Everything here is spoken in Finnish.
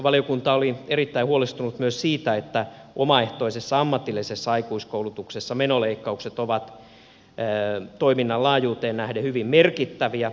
valiokunta oli erittäin huolestunut myös siitä että omaehtoisessa ammatillisessa aikuiskoulutuksessa menoleikkaukset ovat toiminnan laajuuteen nähden hyvin merkittäviä